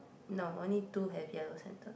no only two have yellow centre